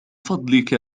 فضلك